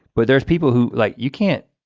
but there's people who like you can't,